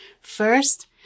First